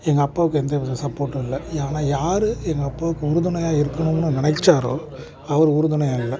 எங்கள் அப்பாவுக்கு எந்தவித சப்போர்ட்டும் இல்லை ஆனால் யார் எங்கள் அப்பாவுக்கு உறுதுணையாக இருக்கணும்னு நினைச்சாரோ அவர் உறுதுணையாக இல்லை